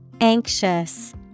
Anxious